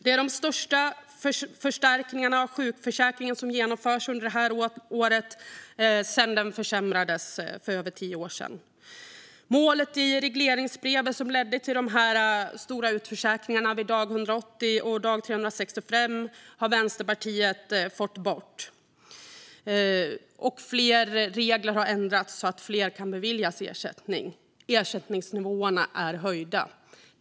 Det är de största förstärkningarna av sjukförsäkringen som genomförs under det här året sedan den försämrades för över tio år sedan. Målet i regleringsbrevet som ledde till de stora utförsäkringarna vid dag 180 och dag 365 har Vänsterpartiet fått bort. Fler regler har ändrats så att fler kan beviljas ersättning. Ersättningsnivåerna är höjda.